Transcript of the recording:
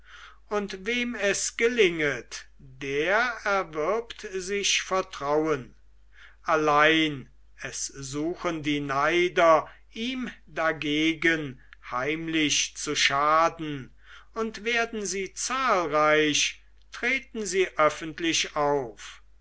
und wem es gelinget der erwirbt sich vertrauen allein es suchen die neider ihm dagegen heimlich zu schaden und werden sie zahlreich treten sie öffentlich auf